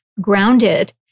grounded